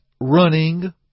running